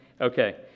Okay